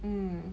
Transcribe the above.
mm